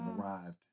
arrived